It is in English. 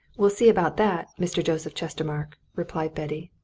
we'll see about that, mr. joseph chestermarke! replied betty.